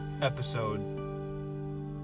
episode